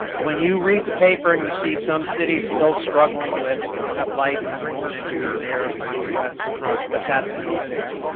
when you read the paper and you see some cities still struggling with they don't have lights i won't mention the mayor of pinecrest and what's happening over there.